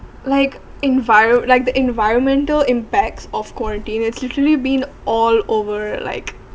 like enviro~ like the environmental impacts of quarantine it's literally been all over like